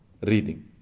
reading